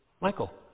Michael